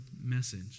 message